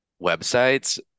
websites